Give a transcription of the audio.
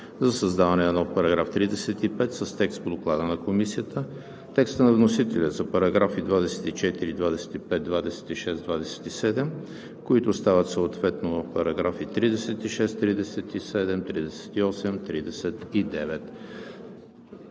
за създаване нов § 35 с текст по Доклада на Комисията; текста на вносителя за параграфи 24, 25, 26 и 27, които стават съответно параграфи 36, 37, 38 и 39;